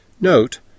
Note